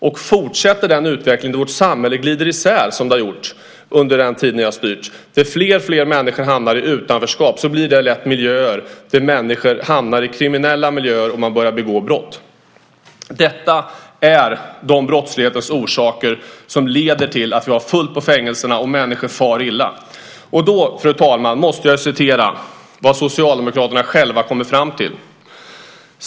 Och om den utvecklingen fortsätter och vårt samhälle glider isär som det har gjort under den tid som ni har styrt, där fler och fler människor hamnar i utanförskap, skapas lätt miljöer där människor hamnar i kriminella miljöer och börjar begå brott. Detta är några av brottslighetens orsaker som leder till att det är fullt i fängelserna och till att människor far illa. Fru talman! Jag ska referera vad Socialdemokraterna själva kommer fram till.